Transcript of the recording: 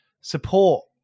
support